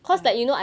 !hais!